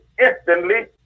instantly